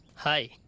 hi